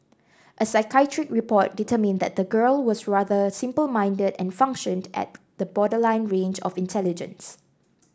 a psychiatric report determined that the girl was rather simple minded and functioned at the borderline range of intelligence